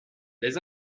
les